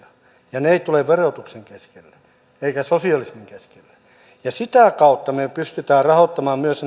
ja ne eivät tule verotuksen keskelle eivätkä sosialismin keskelle sitä kautta me pystymme rahoittamaan myös